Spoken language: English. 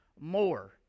more